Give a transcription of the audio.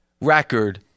record